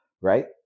right